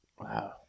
Wow